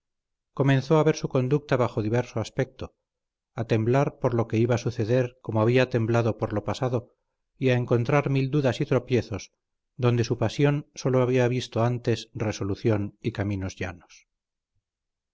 comenzó a ver su conducta bajo diverso aspecto a temblar por lo que iba a suceder como había temblado por lo pasado y a encontrar mil dudas y tropiezos donde su pasión sólo había visto antes resolución y caminos llanos